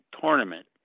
tournament